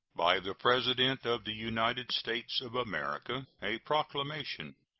by the president of the united states of america. a proclamation.